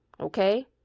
Okay